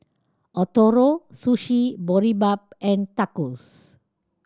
Ootoro Sushi Boribap and Tacos